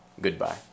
Goodbye